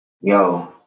Yo